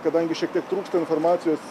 kadangi šiek tiek trūksta informacijos